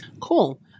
cool